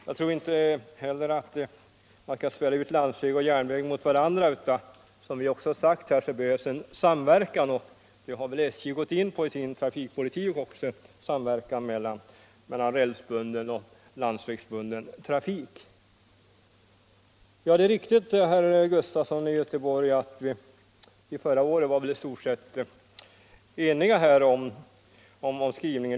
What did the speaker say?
Jag tror inte heller att man kan spela ut landsväg och järnväg mot varandra, utan som vi har sagt behövs det en samverkan. SJ har också i sin trafikpolitik gått in för en sådan mellan rälsbunden och landsvägsbunden trafik. Det är riktigt, herr Sven Gustafson i Göteborg, att vi förra året i stort sett var ense om utskottets skrivning.